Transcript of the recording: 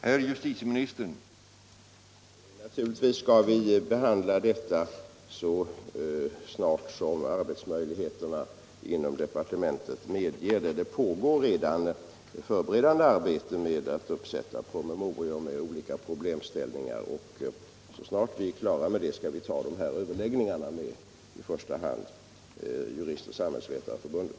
Herr talman! Naturligtvis skall vi behandla detta så snart arbetsmöjligheterna inom departementet medger det. Förberedande arbete pågår redan med promemorior beträffande olika problemställningar. Så snart vi är klara med det skall vi ha överläggningar med i första hand Juristoch samhällsvetareförbundet.